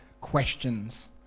questions